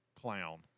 clown